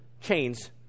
chains